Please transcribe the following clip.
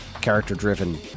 character-driven